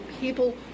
people